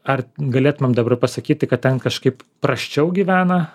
ar galėtumėm dabar pasakyti kad ten kažkaip prasčiau gyvena